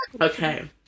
Okay